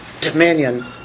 dominion